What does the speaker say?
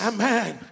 Amen